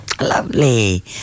Lovely